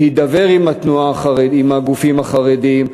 להידבר עם הגופים החרדיים,